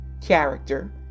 character